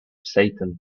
satan